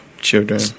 children